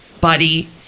buddy